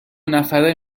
نفره